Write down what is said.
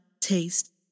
taste